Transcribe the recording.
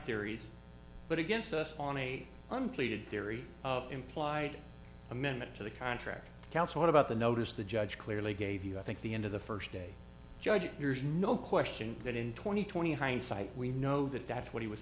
theories but against us on a one pleaded theory of implied amendment to the contract counsel about the notice the judge clearly gave you i think the end of the first day judge there's no question that in twenty twenty hindsight we know that that's what he was